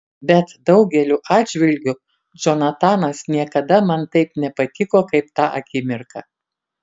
bet daugeliu atžvilgių džonatanas niekada man taip nepatiko kaip tą akimirką